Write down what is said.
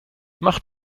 mach